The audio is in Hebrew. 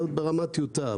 זה עוד ברמת טיוטה,